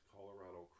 Colorado